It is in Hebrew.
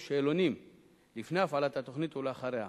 שאלונים לפני הפעלת התוכנית ואחריה.